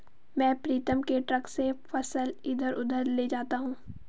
मैं प्रीतम के ट्रक से फसल इधर उधर ले जाता हूं